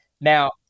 Now